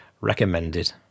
recommended